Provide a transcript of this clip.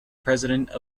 president